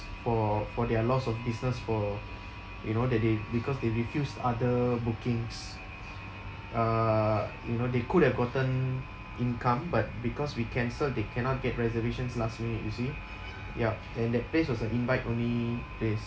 for for their loss of business for you know that they because they refused other bookings uh you know they could have gotten income but because we cancelled they cannot get reservations last minute you see yup and that place was a invite only place